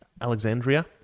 Alexandria